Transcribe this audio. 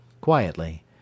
quietly